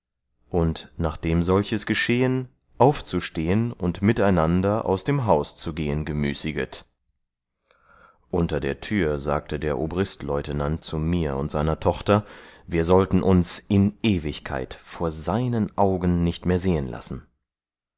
und nachdem solches geschehen aufzustehen und miteinander aus dem haus zu gehen gemüßiget unter der tür sagte der obristleutenant zu mir und seiner tochter wir sollten uns in ewigkeit vor seinen augen nicht mehr sehen lassen